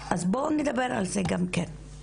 אז בואו נדבר על זה גם כן.